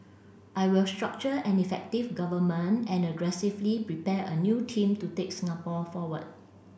I will structure an effective Government and aggressively prepare a new team to take Singapore forward